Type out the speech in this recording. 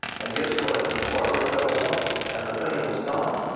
and guess what. barbara felt warmth, and the pain was gone.